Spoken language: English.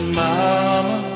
mama